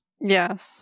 Yes